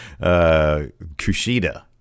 Kushida